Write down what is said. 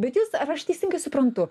bet jūs ar aš teisingai suprantu